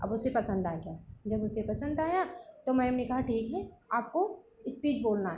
अब उसे पसंद आ गया जब उसे पसंद आया तो मैम ने कहा ठीक है आपको इस्पीच बोलना है